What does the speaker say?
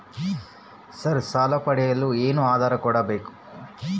Sir ಸಾಲ ಪಡೆಯಲು ಏನು ಆಧಾರ ಕೋಡಬೇಕು?